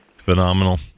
Phenomenal